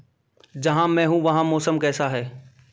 जहाँ मैं हूँ वहाँ मौसम कैसा है